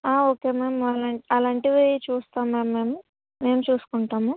okay ma'am అలాంటివి చూస్తాము ma'am మేము చూసుకుంటాము